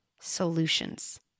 solutions